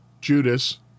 Judas